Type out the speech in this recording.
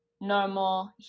normal